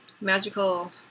Magical